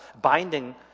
binding